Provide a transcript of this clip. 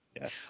yes